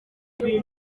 ururimi